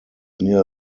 near